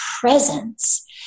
presence